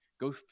Go